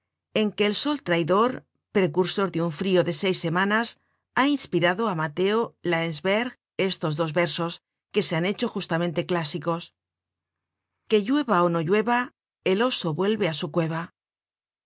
en que el sol traidor precusor de un frio de seis semanas ha inspirado á mateo laensberg estos dos versos que se han hecho justamente clásicos que llueva ó que no llueva el oso vuelve a su cueva